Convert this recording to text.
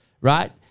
Right